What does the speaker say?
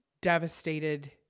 devastated